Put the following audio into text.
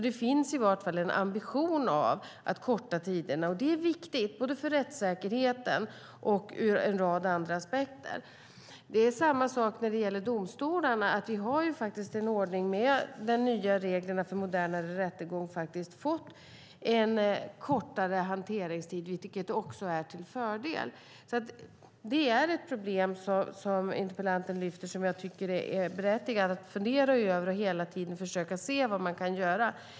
Det finns alltså i vart fall en ambition av att korta tiderna, och det är viktigt både för rättssäkerheten och ur en rad andra aspekter. Det är samma sak när det gäller domstolarna. Vi har en ordning där vi med de nya reglerna för modernare rättegång faktiskt har fått en kortare hanteringstid, vilket också är till fördel. Det är ett problem som interpellanten lyfter fram som jag tycker är berättigat att fundera över och hela tiden försöka se vad man kan göra.